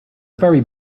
very